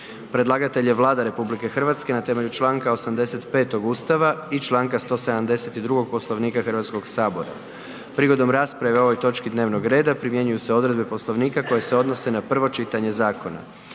Predlagatelj je Vlada RH na temelju članka 85. Ustava i članka 172. Poslovnika Hrvatskog sabora. Prigodom rasprave o ovoj točki dnevnog reda primjenjuju se odredbe Poslovnika koje se odnose na prvo čitanje zakona.